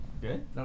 Good